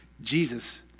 Jesus